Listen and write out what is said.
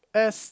as